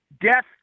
Death